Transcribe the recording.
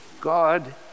God